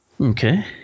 Okay